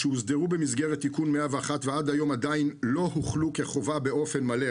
שהוסדרו במסגרת תיקון 101 ועד היום עדין לא הוחלו כחובה באופן מלא,